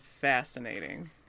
fascinating